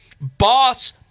boss